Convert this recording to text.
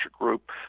group